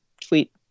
tweet